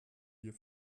hier